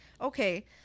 Okay